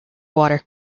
water